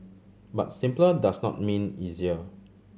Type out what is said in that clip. but simpler does not mean easier